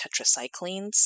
tetracyclines